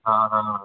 हां हां